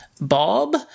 Bob